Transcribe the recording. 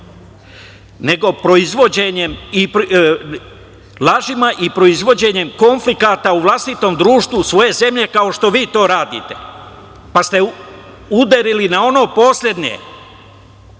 su kratke noge, lažima i proizvođenjem konflikata u vlastitom društvu svoje zemlje, kao što vi to radite, pa ste udarili na ono poslednje,